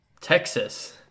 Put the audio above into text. Texas